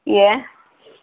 yeah